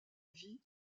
vie